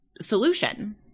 solution